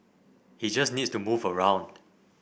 he just needs to move around